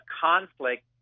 conflict